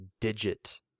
digit